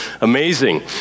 amazing